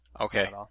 Okay